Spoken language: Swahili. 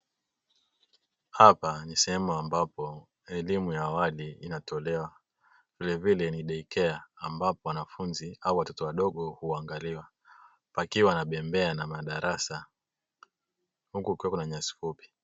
Hapa ni sehemu ambapo elimu ya awali inatolewa vilevile ni deikea, ambapo wanafunzi au watoto wadogo huangaliwa pakiwa na bembea na madarasa huku kukiwa na nyasi fupi.